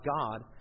God